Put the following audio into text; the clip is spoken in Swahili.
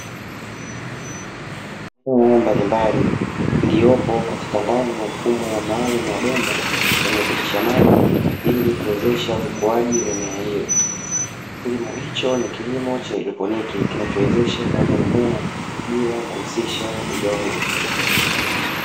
Mifumo mbalimbali iliyopo katika ndani ya mfumo maalumu wa bomba yanayopitisha maji ili kuwezesha ukuaji wa mimea hiyo. Kilimo hicho ni kilimo cha haidroponi kinachowezesha ukuaji wa mimea bila kuhusisha udongo.